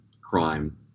crime